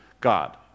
god